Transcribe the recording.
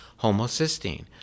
homocysteine